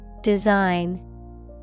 Design